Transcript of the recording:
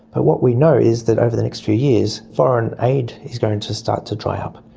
but what we know is that over the next few years foreign aid is going to start to dry up.